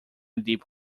deep